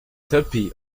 tuppy